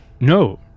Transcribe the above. No